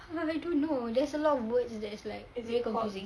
I don't know there's a lot of words that's like very confusing